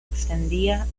extendía